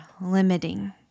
limiting